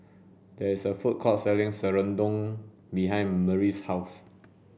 there is a food court selling Serunding behind Marie's house